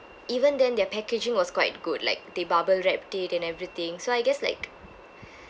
even then their packaging was quite good like they bubble wrapped it and everything so I guess like